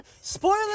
Spoiler